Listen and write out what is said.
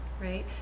right